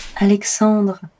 Alexandre